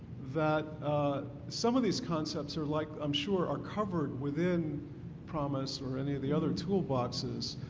that some of these concepts are like, i'm sure, are covered within promis or any of the other toolboxes,